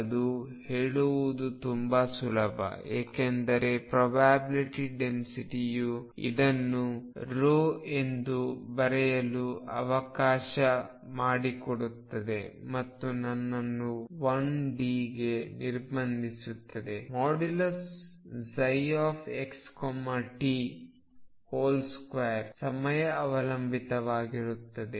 ಅದು ಹೇಳುವುದು ತುಂಬಾ ಸುಲಭ ಏಕೆಂದರೆ ಪ್ರೊಬ್ಯಾಬಿಲ್ಟಿ ಡೆನ್ಸಿಟಿಯು ಇದನ್ನು ಎಂದು ಬರೆಯಲು ಅವಕಾಶ ಮಾಡಿಕೊಡುತ್ತದೆ ಮತ್ತು ನನ್ನನ್ನು 1D ಗೆ ನಿರ್ಬಂಧಿಸುತ್ತದೆ xt2 ಸಮಯ ಅವಲಂಬಿತವಾಗಿರುತ್ತದೆ